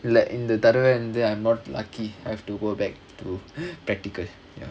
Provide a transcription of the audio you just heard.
இல்ல இந்த தடவ வந்து:illa intha thadava vanthu I'm not luck I have to go back to practical ya